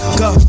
go